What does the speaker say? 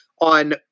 on